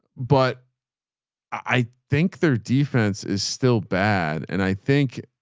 but i think their defense is still bad. and i think,